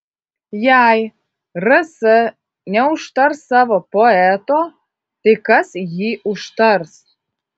jei rs neužtars savo poeto tai kas jį užtars